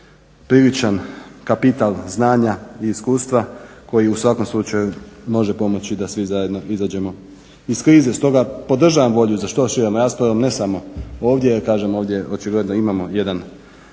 priličan kapital znanja i iskustva koji u svakom slučaju može pomoći da svi zajedno izađemo iz krize. Stoga, podržavam volju za što širom raspravom ne samo ovdje jer kažem ovdje očigledno imamo jednu